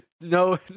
no